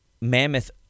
mammoth